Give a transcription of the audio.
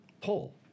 pull